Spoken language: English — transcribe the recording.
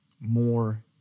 more